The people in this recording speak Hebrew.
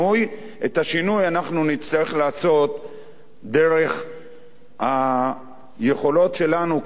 את השינוי אנחנו נצטרך לעשות דרך היכולות שלנו כליכוד,